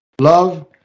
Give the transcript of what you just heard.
Love